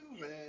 man